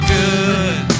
good